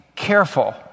Careful